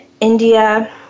India